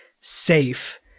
safe